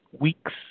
weeks